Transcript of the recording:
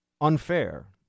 unfair